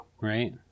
Right